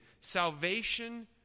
Salvation